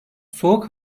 soğuk